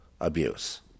abuse